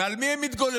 ועל מי הם מתגוללים?